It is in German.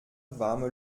warme